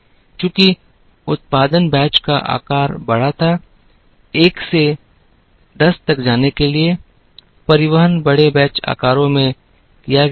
चूंकि उत्पादन बैच का आकार बड़ा था 1 से 10 तक जाने के लिए परिवहन बड़े बैच आकारों में किया गया था